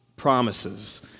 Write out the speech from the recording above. Promises